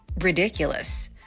ridiculous